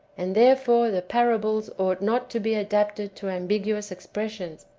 and therefore the parables ought not to be adapted to am biguous expressions.